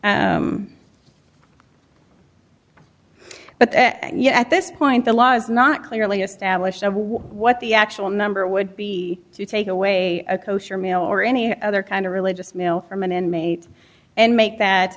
know at this point the law is not clearly established of what the actual number would be to take away a kosher meal or any other kind of religious mail from an inmate and make that